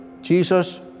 Jesus